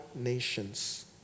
nations